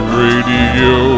radio